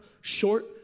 short